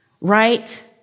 right